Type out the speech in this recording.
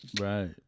Right